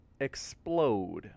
explode